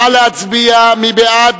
נא להצביע, מי בעד?